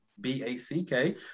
B-A-C-K